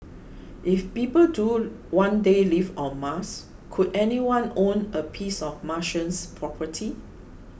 if people do one day live on Mars could anyone own a piece of Martian property